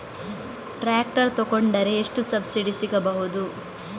Tractor ತೊಕೊಂಡರೆ ಎಷ್ಟು subsidy ಸಿಗಬಹುದು?